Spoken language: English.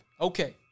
Okay